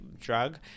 drug